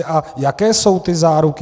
A jaké jsou ty záruky?